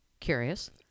curious